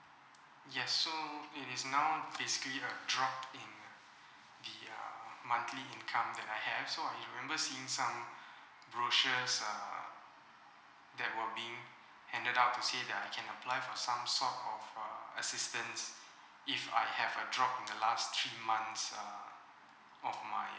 yes so it is now basically a drop in the uh monthly income that I have so I remember seen some brochures uh that were being handed out to say that I can apply for some sort of err assistance if I have a drop in the last three months err of my